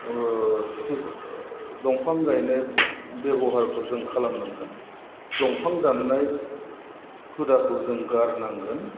ओह सिथ दंफां गायनाय बेब'हारखौ जों खालामनांगोन दंफां दाननाय हुदाखौ जों गारनांगोन